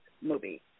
movie